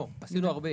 לא, עשינו הרבה.